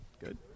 Good